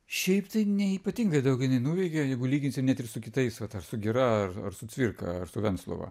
šiaip tai ne ypatingai daug jinai nuveikė jeigu lyginsim net ir su kitais vat ar su gira ar ar su cvirka venclova